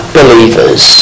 believers